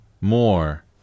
more